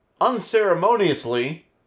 unceremoniously